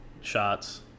shots